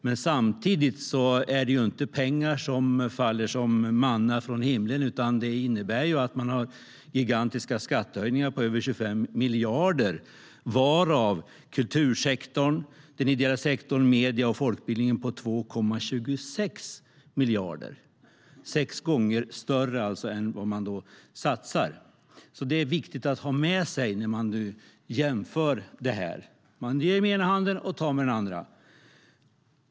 Men samtidigt är det inte pengar som faller som manna från himlen, utan det innebär att man har gigantiska skattehöjningar på över 25 miljarder, varav kultursektorn, den ideella sektorn, media och folkbildningen på 2,26 miljarder. Det är alltså sex gånger mer än vad man satsar. Det är viktigt att ha det med sig när man jämför. Man ger med den ena handen och tar med den andra.